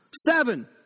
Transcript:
seven